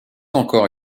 encore